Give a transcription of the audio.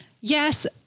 Yes